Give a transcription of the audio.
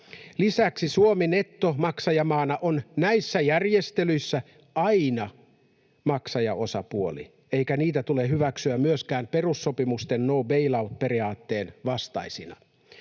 Lisäksi Suomi nettomaksajamaana on näissä järjestelyissä aina maksajaosapuoli, eikä niitä tule hyväksyä myöskään perussopimusten no bail-out ‑periaatteen vastaisina.